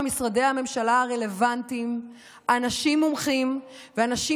במשרדי הממשלה הרלוונטיים אנשים מומחים ואנשים